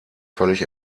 völlig